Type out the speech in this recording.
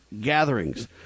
gatherings